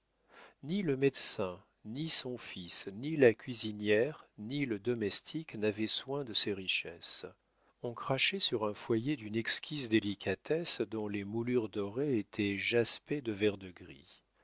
ni le médecin ni son fils ni la cuisinière ni le domestique n'avaient soin de ces richesses on crachait sur un foyer d'une exquise délicatesse dont les moulures dorées étaient jaspées de vert-de-gris